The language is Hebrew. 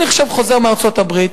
אני עכשיו חוזר מארצות-הברית,